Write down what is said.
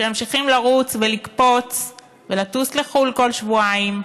שממשיכים לרוץ ולקפוץ ולטוס לחו"ל כל שבועיים,